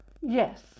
Yes